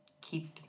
keep